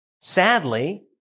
Sadly